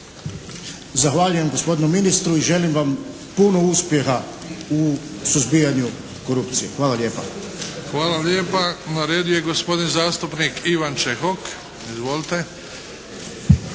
Zahvaljujem gospodinu ministru. Želim vam puno uspjeha u suzbijanju korupcije. Hvala lijepa. **Bebić, Luka (HDZ)** Hvala vam lijepa. Na redu je gospodin zastupnik Ivan Čehok. Izvolite!